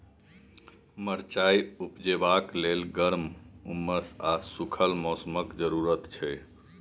मरचाइ उपजेबाक लेल गर्म, उम्मस आ सुखल मौसमक जरुरत छै